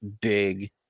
big